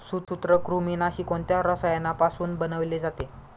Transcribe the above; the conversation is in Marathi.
सूत्रकृमिनाशी कोणत्या रसायनापासून बनवले जाते?